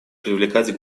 привлекать